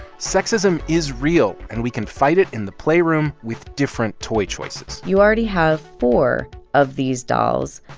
sexism is real, and we can fight it in the playroom with different toy choices you already have four of these dolls.